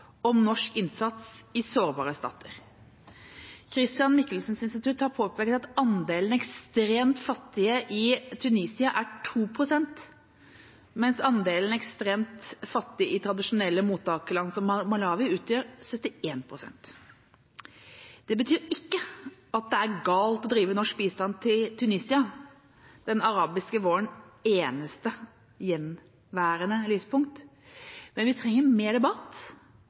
om norsk innsats i sårbare stater. Chr. Michelsens Institutt har påpekt at andelen ekstremt fattige i Tunisia er 2 pst., mens andelen ekstremt fattige i tradisjonelle mottakerland som Malawi, utgjør 71 pst. Det betyr ikke at det er galt å drive med norsk bistand til Tunisia – den arabiske vårens eneste gjenværende lyspunkt – men vi trenger mer debatt